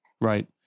Right